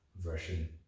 version